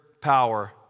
power